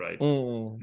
right